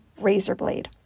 Razorblade